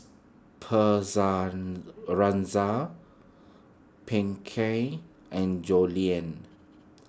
Pinkey and Julien